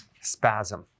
spasm